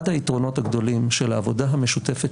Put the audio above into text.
אחד היתרונות הגדולים של העבודה המשותפת